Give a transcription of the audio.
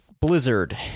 Blizzard